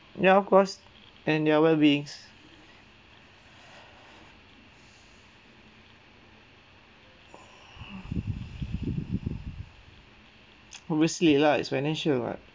ya of course and their well-beings obviously lah it's financial [what]